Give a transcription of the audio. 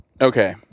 Okay